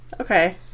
Okay